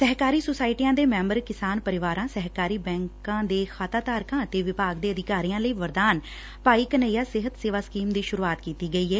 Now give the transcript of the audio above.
ਸਹਿਕਾਰੀ ਸੁਸਾਇਟੀਆਂ ਦੇ ਮੈਂਬਰ ਕਿਸਾਨ ਪਰਿਵਾਰਾਂ ਸਹਿਕਾਰੀ ਬੈਂਕਾਂ ਦੇ ਖਾਤਾ ਧਾਰਕਾਂ ਅਤੇ ਵਿਭਾਗ ਦੇ ਅਧਿਕਾਰੀਆਂ ਲਈ ਵਰਦਾਨ ਭਾਈ ਘਨੱਈਆ ਸਿਹਤ ਸੇਵਾ ਸਕੀਮ ਦੀ ਸੂਰੁਆਤ ਕੀਤੀ ਗਈ ਏ